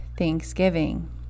Thanksgiving